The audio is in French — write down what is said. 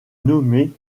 nommée